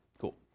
Cool